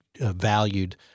valued